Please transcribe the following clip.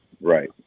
Right